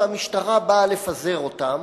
והמשטרה באה לפזר אותן,